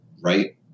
right